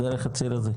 דרך הציר הזה?